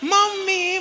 Mommy